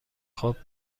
خوب